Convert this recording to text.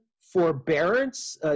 forbearance